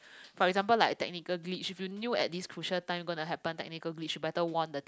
for example like a technical glitch if you knew at this time gonna happen technical glitch you better warn the team